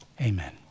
Amen